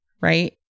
right